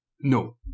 No